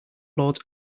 lords